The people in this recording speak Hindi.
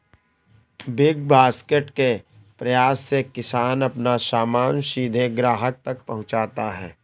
बिग बास्केट के प्रयास से किसान अपना सामान सीधे ग्राहक तक पहुंचाता है